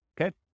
Okay